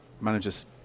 manager's